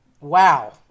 wow